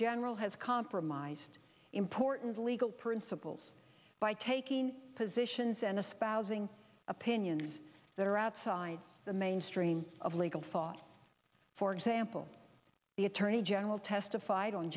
general has compromised important legal principles by taking positions and espousing opinions that are outside the mainstream of legal thought for example the attorney general testified on